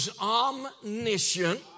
omniscient